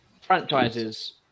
franchises